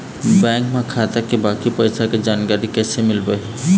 Bank म खाता के बाकी पैसा के जानकारी कैसे मिल पाही?